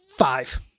Five